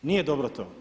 Nije dobro to.